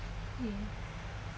mm